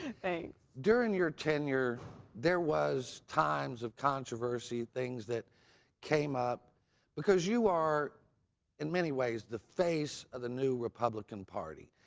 thanks. during your tenure there was times of controversy, things that came up because you are in many ways the face of the new republican party.